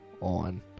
on